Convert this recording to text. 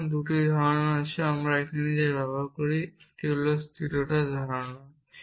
সুতরাং 2টি ধারণা আছে যা আমরা এখানে ব্যবহার করি একটি হল স্থিরতার ধারণা